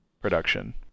production